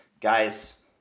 guys